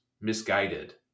misguided